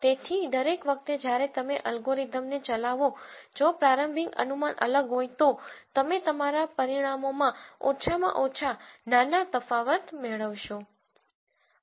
તેથી દરેક વખતે જ્યારે તમે અલ્ગોરિધમને ચલાવો જો પ્રારંભિક અનુમાન અલગ હોય તો તમે તમારા પરિણામોમાં ઓછામાં ઓછા નાના તફાવત મેળવશો